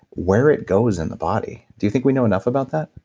where it goes in the body? do you think we know enough about that?